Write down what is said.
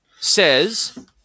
says